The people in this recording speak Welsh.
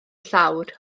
llawr